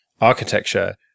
architecture